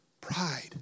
Pride